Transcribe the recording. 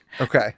Okay